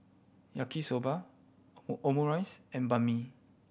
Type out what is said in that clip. Yaki Soba Omurice and Banh Mi